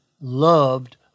loved